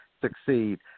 succeed